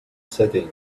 setting